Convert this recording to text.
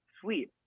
sweet